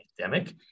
pandemic